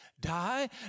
Die